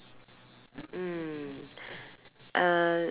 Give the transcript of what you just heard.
mm uh